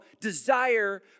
desire